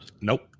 Nope